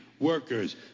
workers